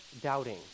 doubting